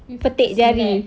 with a snap